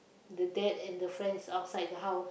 the dad and the friend is outside the house